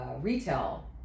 retail